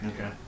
Okay